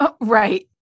Right